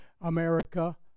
America